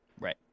Right